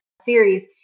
series